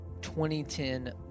2010